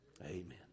Amen